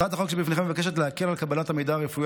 הצעת החוק שבפניכם מבקשת להקל על קבלת המידע הרפואי